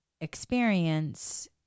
experience